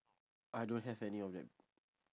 I don't have any of them